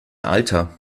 alter